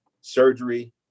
surgery